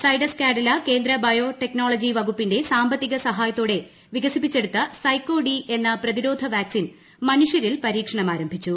സൈഡസ് കാഡില കേന്ദ്ര ബയ്യോട്ടെക്നോളജി വകുപ്പിന്റെ സാമ്പത്തിക സഹായത്തോടെ വ്വിക്സിപ്പിച്ചെടുത്ത സൈക്കോ ഡി എന്ന പ്രതിരോധ വാക്സിൻ മുനുഷ്യരിൽ പരീക്ഷണം ആരംഭിച്ചു